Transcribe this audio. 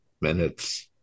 minutes